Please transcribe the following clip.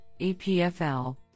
EPFL